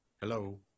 hello